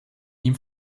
ihm